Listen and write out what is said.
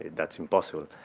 that's impossible.